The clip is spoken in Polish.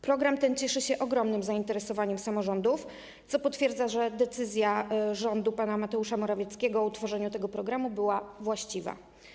Program ten cieszy się ogromnym zainteresowaniem samorządów, co potwierdza, że decyzja rządu pana Mateusza Morawieckiego o jego utworzeniu była właściwa.